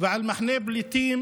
ועל מחנה פליטים,